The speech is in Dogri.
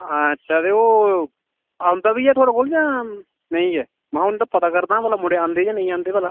हां अच्छा ते ओह् औंदा बी है थुआढ़े कोल जां नेईं गै महां उं'दा पता करनां भला मुड़े औंदे जां नेईं औंदे भला